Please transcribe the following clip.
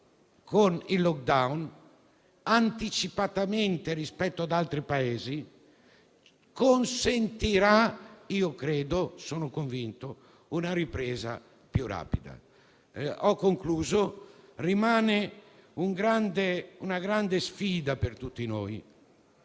con il *lockdown*, anticipatamente rispetto ad altri Paesi, consentirà - ne sono convinto - una ripresa più rapida. In conclusione, rimane una grande sfida per tutti noi